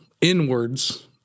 inwards